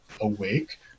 awake